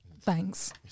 thanks